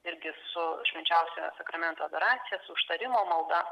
irgi su švenčiausiojo sakramento adoracija užtarimo malda